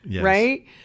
right